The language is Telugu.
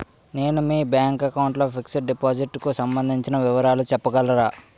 నేను మీ బ్యాంక్ లో ఫిక్సడ్ డెపోసిట్ కు సంబందించిన వివరాలు చెప్పగలరా?